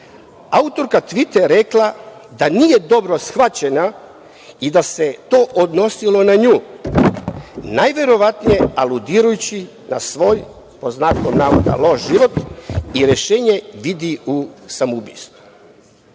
Autorka tvita je rekla da nije dobro shvaćena i da se to odnosilo na nju, najverovatnije aludirajući na svoj pod znakom navoda loš život i rešenje vidi u samoubistvu.